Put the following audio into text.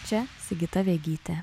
čia sigita vegytė